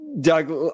Doug